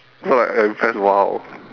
so like I'm impressed !wow!